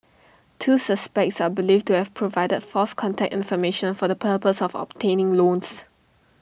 two suspects are believed to have provided false contact information for the purpose of obtaining loans